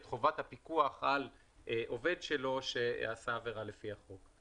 חובת הפיקוח על עובד שלו שעשה עבירה לפי החוק.